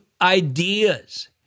ideas